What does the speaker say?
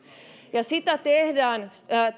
sitä tehdään